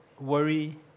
worry